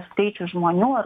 skaičius žmonių ar